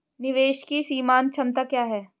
निवेश की सीमांत क्षमता क्या है?